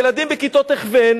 ילדים בכיתות הכוון